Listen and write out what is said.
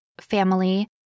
family